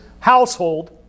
household